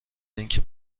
اینکه